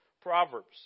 Proverbs